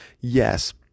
Yes